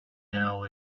now